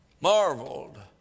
marveled